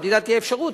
למדינה תהיה אפשרות.